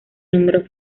número